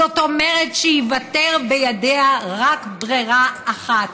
זאת אומרת שתיוותר בידיה רק ברירה אחת: